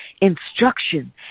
instruction